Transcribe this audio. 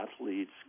athletes